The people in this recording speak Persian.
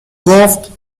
گفت